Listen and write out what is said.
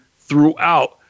throughout